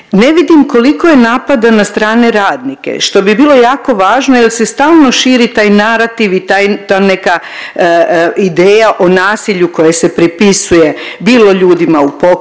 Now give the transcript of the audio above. ne vidim koliko je napada na strane radnike što bi bilo jako važno jer se stalno širi taj narativ i ta neka ideja o nasilju koje se pripisuje bilo ljudima u pokretu ili